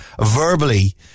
verbally